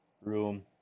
room